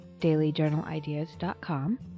dailyjournalideas.com